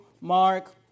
Mark